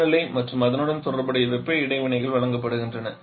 வெப்பநிலை மற்றும் அதனுடன் தொடர்புடைய வெப்ப இடைவினைகள் வழங்கப்படுகின்றன